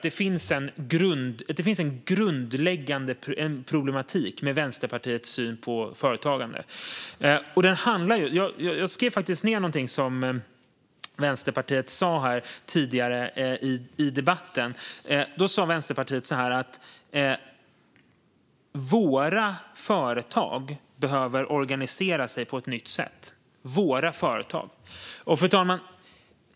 Det finns en grundläggande problematik med Vänsterpartiets syn på företagande, och jag skrev faktiskt ned någonting som Vänsterpartiet sa här tidigare i debatten: Våra företag behöver organisera sig på ett nytt sätt. "Våra företag." Fru talman!